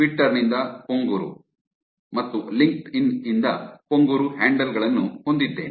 kumaraguru Twitter ನಿಂದ ಪೊಂಗುರು ಮತ್ತು LinkedIn ನಿಂದ ಪೊಂಗುರು ಹ್ಯಾಂಡಲ್ ಗಳನ್ನು ಹೊಂದಿದ್ದೇನೆ